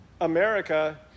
America